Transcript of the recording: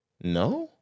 No